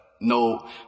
no